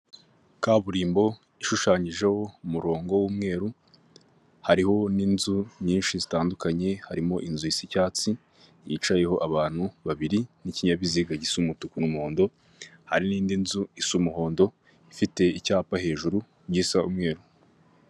Kaburimbo ishushanyijeho umurongo w'umweru hariho n'inzu nyinshi zitandukanye, harimo inzu isa icyatsi yicayeho abantu babiri n'ikinyabiziga gisa umutuku n'umuhondo, hari n'indi nzu isa umuhondo ifite icyapa hejuru gisa umweru.